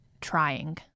trying